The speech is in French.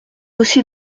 aussi